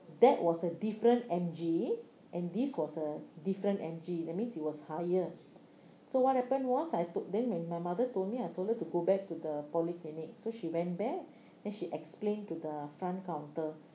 that was a different M_G and this was a different M_G that means it was higher so what happened was I put them and my mother told me I told her to go back to the polyclinic so she went back then she explained to the front counter